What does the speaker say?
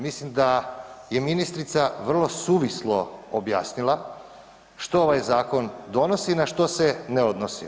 Mislim da je ministrica vrlo suvislo objasnila što ovaj zakon donosi i na što se ne odnosi.